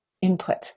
input